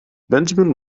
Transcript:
benjamin